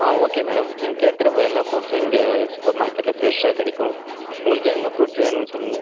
ஆ okay madam நீங்கள் கேட்குற வ் எல்லா ஃப்ரூட்ஸும் இங்கே சூப்பர் மார்க்கெட்டில் ஃப்ரெஷ்ஷாக கிடைக்கும் உங்களுக்கு என்ன ஃப்ரூட்ஸ் வேணும்னு சொல்லுங்கள்